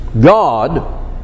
God